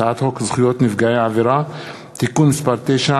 רק אומר לי מזכיר הכנסת להכריז שהצעת החוק עברה בקריאה ראשונה,